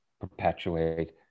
perpetuate